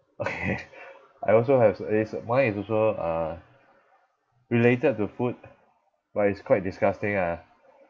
okay I also have it's mine is also uh related to food but it's quite disgusting ah